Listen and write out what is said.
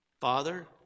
Father